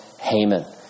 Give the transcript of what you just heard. Haman